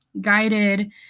guided